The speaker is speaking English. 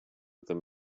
them